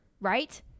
right